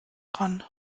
dran